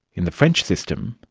in the french system,